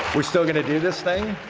we still going to do this thing?